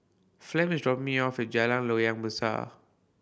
Flem is dropping me off at Jalan Loyang Besar